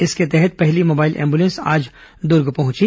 इसके तहत पहली मोबाइल एंबुलेंस आज दुर्ग पहुंची